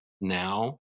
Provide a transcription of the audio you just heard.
now